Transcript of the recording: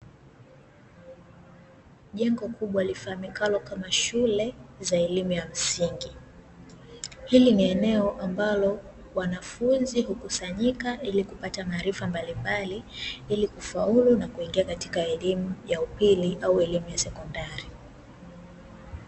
Jengo kubwa, lifahamikalo kama shule za elimu ya msingi. Hili ni eneo ambalo wanafunzi hukusanyika ili kupata maarifa mbalimbali, ili kufaulu na kuingia katika elimu ya upili au elimu ya sekondari.